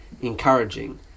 encouraging